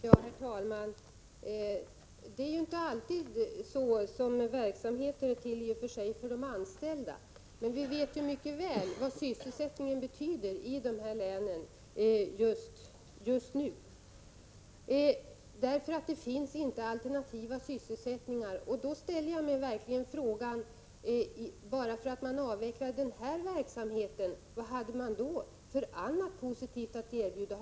Herr talman! Det är ju inte alltid så att verksamheter i och för sig är till för de anställda, men vi vet mycket väl vad sysselsättning betyder i de här länen just nu. Det finns nämligen inte alternativa sysselsättningar. Jag ställer mig verkligen frågan: Vad hade man för något annat positivt att erbjuda, när man avvecklade den här verksamheten?